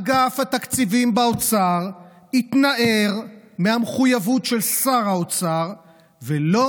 אגף התקציבים באוצר התנער מהמחויבות של שר האוצר ולא